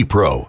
Pro